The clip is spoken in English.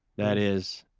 that is,